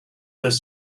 this